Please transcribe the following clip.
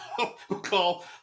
call